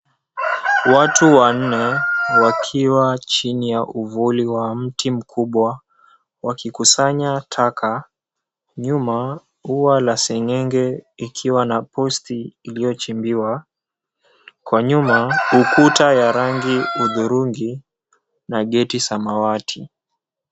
Watu wanne wakiwa chini ya uvuli wa mti mkubwa, wakikusanya taka. Nyuma ua la seng'enge ikiwa na posti iliyochimbiwa. Kwa nyuma, ukuta wa rangi ya hudhurungi na geti samawati.